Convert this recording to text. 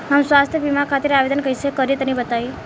हम स्वास्थ्य बीमा खातिर आवेदन कइसे करि तनि बताई?